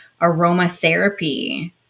aromatherapy